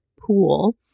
pool